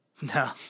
No